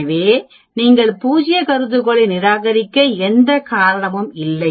எனவே நீங்கள் பூஜ்ய கருதுகோளை நிராகரிக்க எந்த காரணமும் இல்லை